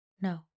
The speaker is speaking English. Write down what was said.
No